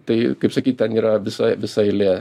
tai kaip sakyt ten yra visa visa eilė